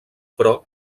però